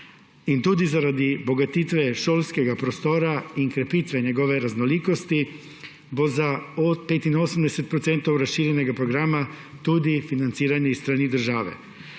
Tudi zaradi bogatitve šolskega prostora in krepitve njegove raznolikosti bo za 85 % razširjenega programa tudi financiranje s strani države.